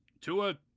Tua